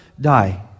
die